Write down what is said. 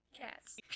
Cats